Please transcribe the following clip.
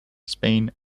spain